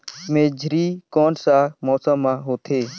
मेझरी कोन सा मौसम मां होथे?